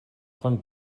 von